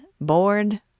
bored